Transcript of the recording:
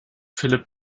philipp